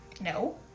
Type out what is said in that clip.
No